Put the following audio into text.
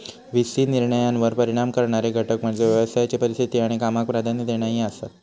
V सी निर्णयांवर परिणाम करणारे घटक म्हणजे व्यवसायाची परिस्थिती आणि कामाक प्राधान्य देणा ही आसात